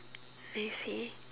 I see